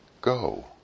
go